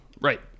Right